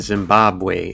Zimbabwe